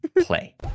play